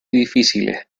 difíciles